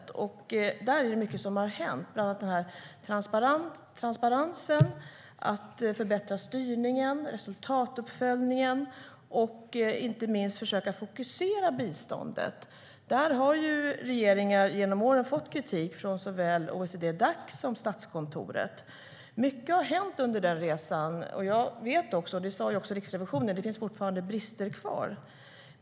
Där har mycket hänt, bland annat när det gäller transparensen, att förbättra styrningen, resultatuppföljningen och inte minst att försöka fokusera biståndet. Där har regeringar genom åren fått kritik från såväl OECD-Dac som Statskontoret.Mycket har hänt under den resan, och jag vet också, vilket också Riksrevisionen sa, att det finns brister kvar.